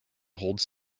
holds